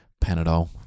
Panadol